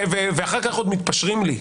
ואחר כך עוד מתפשרים לי.